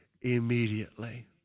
immediately